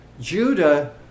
judah